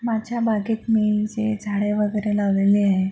माझ्या बागेत मी जे झाडे वगैरे लावलेली आहे